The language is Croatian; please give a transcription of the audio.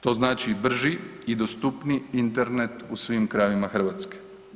To znači brži i dostupniji Internet u svim krajevima Hrvatske.